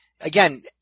Again